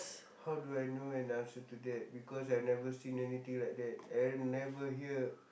how do I know an answer to that because I never seen anything like that and never hear